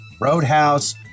Roadhouse